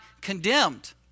condemned